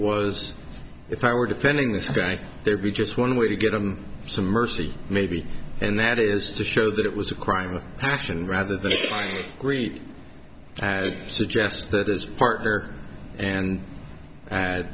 was if i were defending this guy there be just one way to get him some mercy maybe and that is to show that it was a crime of passion rather than greed as suggests that his partner and